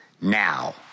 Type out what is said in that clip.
now